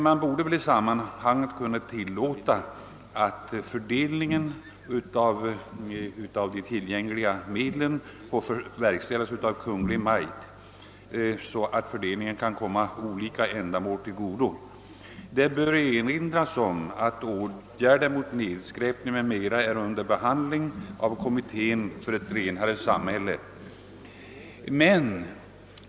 Man borde väl kunna tillåta att fördelningen av de tillgängliga medlen får verkställas av Kungl. Maj:t så att de på lämpligaste sätt kan komma olika ändamål till godo. Det bör erinras om att frågan om åtgärder mot nedskräpning är under behandling i kommittén för ett renare samhälle.